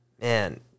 Man